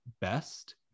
best